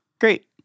great